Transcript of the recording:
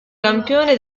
campione